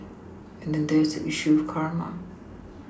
and then there is the issue of karma